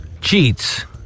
Cheats